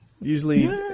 Usually